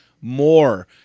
more